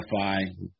identify